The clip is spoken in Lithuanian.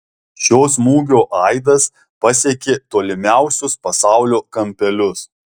šio smūgio aidas pasiekė tolimiausius pasaulio kampelius